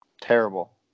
Terrible